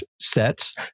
sets